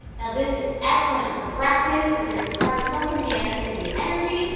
now this is excellent for breakfast. there's carbs from the banana to give you energy.